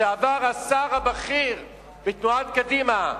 לשעבר השר הבכיר בתנועת קדימה,